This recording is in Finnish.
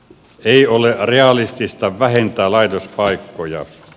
ei ole realistista vähentää laitospaikkoja